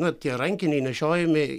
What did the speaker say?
na tie rankiniai nešiojamieji